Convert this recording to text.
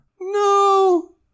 No